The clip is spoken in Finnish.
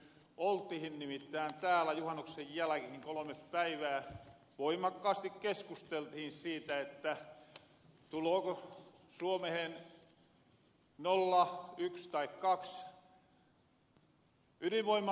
oltihin nimittäin täällä juhannuksen jäläkihin kolome päivää ja voimakkaasti keskusteltihin siitä tulooko suomehen nolla yks tai kaks ydinvoimalupaa